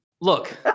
Look